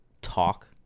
talk